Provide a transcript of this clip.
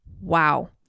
wow